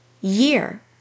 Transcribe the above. year